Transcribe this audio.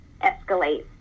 escalate